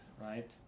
right